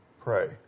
pray